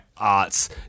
art's